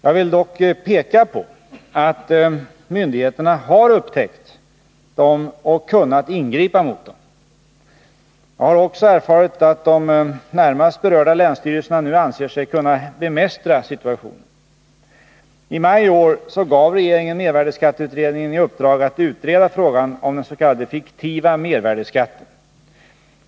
Jag vill dock peka på att myndigheterna har upptäckt dem och kunnat ingripa mot dem. Jag har också erfarit att de närmast berörda länsstyrelserna nu anser sig kunna bemästra situationen. I maj i år gav regeringen mervärdeskatteutredningen i uppdrag att utreda frågan om den s.k. fiktiva mervärdeskatten.